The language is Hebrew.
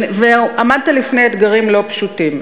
עמדת בפני אתגרים לא פשוטים,